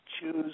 choose